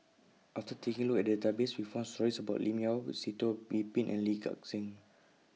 after taking Look At The Database We found stories about Lim Yau Sitoh Yih Pin and Lee Gek Seng